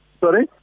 Sorry